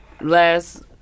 Last